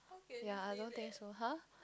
ya I don't think so [huh]